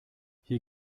hier